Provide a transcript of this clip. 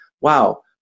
Wow